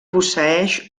posseeix